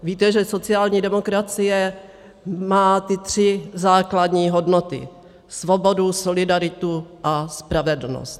Víte, že sociální demokracie má tři základní hodnoty svobodu, solidaritu a spravedlnost.